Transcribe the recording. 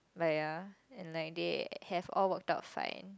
but ya and like they have all worked out fine